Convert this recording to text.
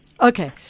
Okay